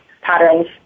patterns